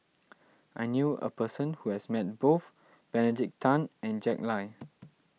I knew a person who has Met both Benedict Tan and Jack Lai